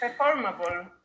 performable